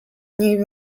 niej